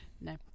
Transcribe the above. No